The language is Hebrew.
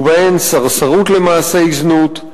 ובהן סרסרות למעשי זנות,